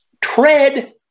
tread